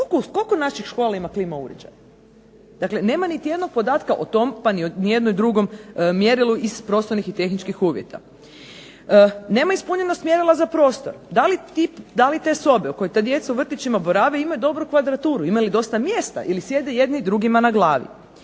Koliko naših škola ima klima uređaje? Dakle, nema niti jednog podatka o tom pa ni o jednom drugom mjerilu iz prostornih i tehničkih uvjeta. Nema ispunjenosti mjerila za prostor. Da li te sobe u kojima ta djeca u vrtićima borave imaju dobru kvadraturu? Ima li dosta mjesta ili sjede jedni drugima na glavi?